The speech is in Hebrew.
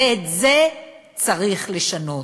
ואת זה צריך לשנות.